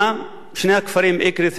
שני הכפרים אקרית ובירעם,